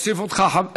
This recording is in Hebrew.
להוסיף אותך?